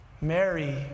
Mary